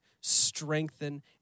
strengthen